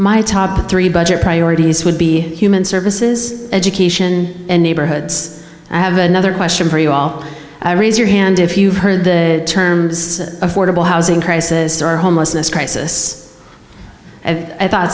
my top three budget priorities would be human services education and neighborhoods i have another question for you all i raise your hand if you've heard the term affordable housing crisis are homelessness crisis a